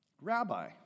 Rabbi